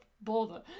bother